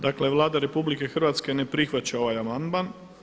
Dakle Vlada RH ne prihvaća ovaj amandman.